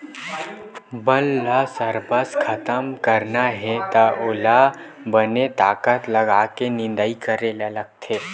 बन ल सरबस खतम करना हे त ओला बने ताकत लगाके निंदई करे ल परथे